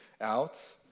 out